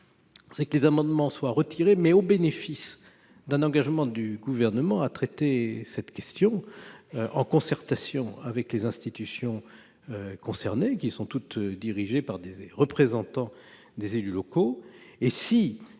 est que ces amendements soient retirés, mais au bénéfice d'un engagement du Gouvernement à traiter cette question en concertation avec les institutions concernées, qui sont dirigées par des représentants des élus locaux.